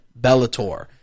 Bellator